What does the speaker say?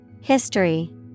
History